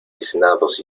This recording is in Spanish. tiznados